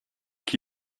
qui